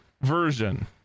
version